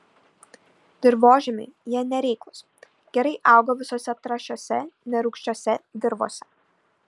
dirvožemiui jie nereiklūs gerai auga visose trąšiose nerūgščiose dirvose